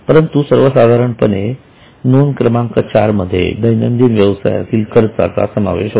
परंतु सर्व साधारणपणे फोन क्रमांक 4 मध्ये दैनंदिन व्यवसायातील खर्चाचा समावेश होतो